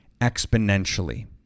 exponentially